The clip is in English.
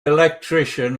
electrician